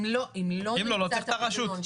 אם לא נמצא את הפתרון,